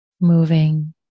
moving